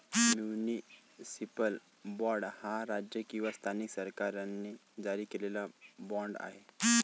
municipal bond हा राज्य किंवा स्थानिक सरकारांनी जारी केलेला बाँड आहे